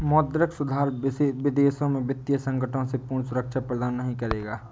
मौद्रिक सुधार विदेशों में वित्तीय संकटों से पूर्ण सुरक्षा प्रदान नहीं करेगा